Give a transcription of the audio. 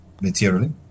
materially